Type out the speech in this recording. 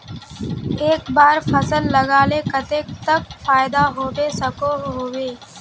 एक बार फसल लगाले कतेक तक फायदा होबे सकोहो होबे?